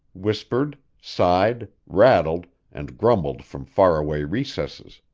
whispered, sighed, rattled, and grumbled from far away recesses.